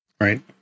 Right